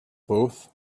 both